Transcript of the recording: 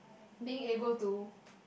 being able to